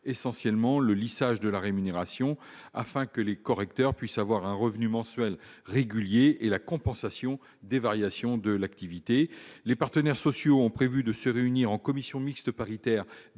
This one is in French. essentiellement le lissage de la rémunération, afin que les correcteurs puissent avoir un revenu mensuel régulier, et la compensation des variations de l'activité. Les partenaires sociaux ont prévu de se réunir en commission mixte paritaire